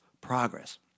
Progress